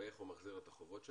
איך הוא מחזיר את החובות שלו.